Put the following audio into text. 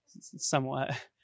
somewhat